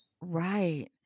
Right